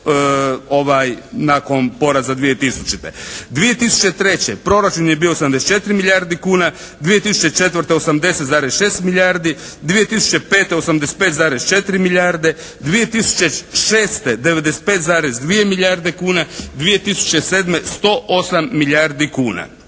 nakon poraza 2000. 2003. proračun je bio 84 milijarde kuna, 2004. 80,6 milijardi, 2005. 85,4 milijarde, 2006. 95,2 milijarde kuna, 2007. 108 milijardi kuna.